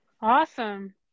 awesome